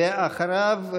ואחריו,